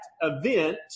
event